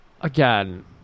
again